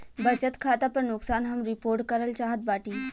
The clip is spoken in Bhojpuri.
बचत खाता पर नुकसान हम रिपोर्ट करल चाहत बाटी